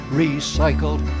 recycled